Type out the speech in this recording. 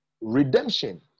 Redemption